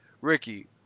Ricky